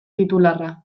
titularra